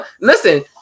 Listen